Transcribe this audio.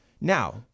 Now